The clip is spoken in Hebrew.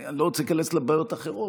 אני לא רוצה להיכנס לבעיות אחרות,